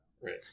Right